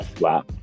Wow